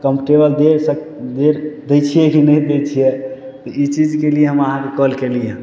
comfortable दे सक दे दै छियै कि नहि दै छियै तऽ ई चीजके लिए हम अहाँके कॉल कयली हँ